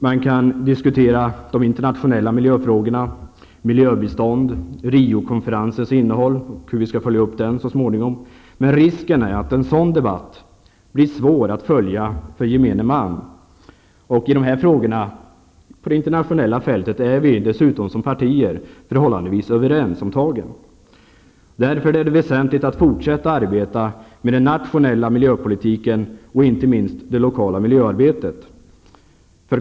Man kan diskutera de internationella miljöfrågorna -- miljöbistånd, Riokonferensens innehåll och uppföljning -- men risken är att en sådan debatt blir svår att följa för gemene man. I dessa frågor på det internationella fältet är vi dessutom som partier förhållandevis överens om tagen. Därför är det väsentligt att fortsätta arbeta med den nationella miljöpolitiken och inte minst det lokala miljöarbetet.